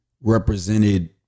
represented